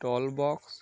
toll box